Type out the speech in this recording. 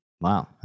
Wow